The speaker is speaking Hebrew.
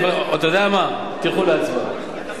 אתה יודע מה, תלכו להצבעה.